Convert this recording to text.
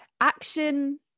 action